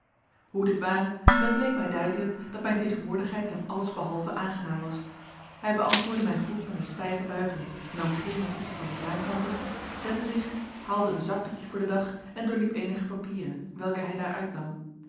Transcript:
hoe dit ware het bleek mij duidelijk dat mijn tegenwoordigheid hem alles behalve aangenaam was hij beantwoordde mijn groet met een stijve buiging nam geen notitie van den zaankanter zette zich haalde een zakboekje voor den dag en doorliep eenige papieren welke hij daaruit nam